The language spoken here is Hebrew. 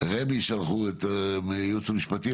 רמ"י שלחו את הייעוץ המשפטי.